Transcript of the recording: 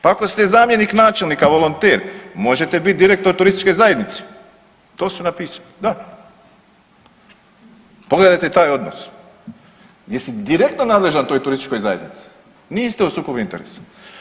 Pa ako ste zamjenik načelnika volonter možete biti direktor turističke zajednice, to su napisali da, pogledajte taj odnos gdje si direktno nadležan toj turističkoj zajednici, niste u sukobu interesa.